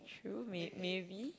true may maybe